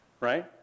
Right